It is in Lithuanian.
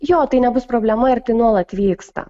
jo tai nebus problema ir tai nuolat vyksta